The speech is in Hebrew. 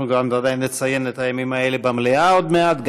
אנחנו גם בוודאי נציין את הימים האלה במליאה עוד מעט.